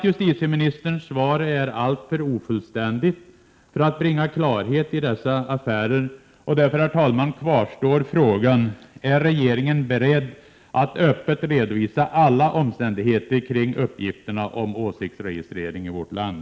Justitieministerns svar är alltför ofullständigt för att bringa klarhet i dessa affärer. Därför kvarstår frågan om regeringen är beredd att öppet redovisa alla omständigheter kring uppgifterna om åsiktsregistrering i vårt land.